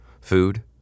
Food